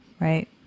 right